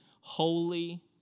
holy